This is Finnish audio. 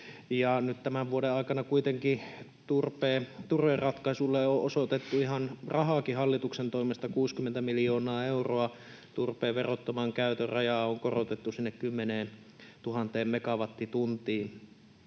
tämän vuoden aikana kuitenkin turveratkaisulle on osoitettu hallituksen toimesta ihan rahaakin 60 miljoonaa euroa. Turpeen verottoman käytön rajaa on korotettu sinne 10 000 megawattituntiin.